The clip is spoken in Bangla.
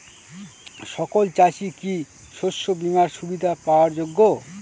সকল চাষি কি শস্য বিমার সুবিধা পাওয়ার যোগ্য?